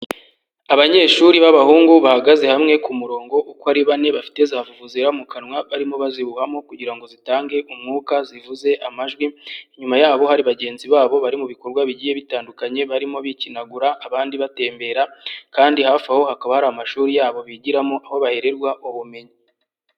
Abanyeshuri b'abahungu bahagaze hamwe ku murongo uko ari bane bafite za vuvuuzera mu kanwa barimo bazihuhamo kugira ngo zitange umwuka zivuze amajwi, inyuma yabo hari bagenzi babo bari mu bikorwa bigiye bitandukanye barimo bikinagura abandi batembera, kandi hafi aho hakaba hari amashuri yabo bigiramo aho bahererwa ubumenyi.